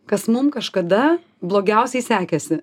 kas mum kažkada blogiausiai sekėsi